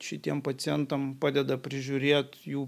šitiem pacientam padeda prižiūrėt jų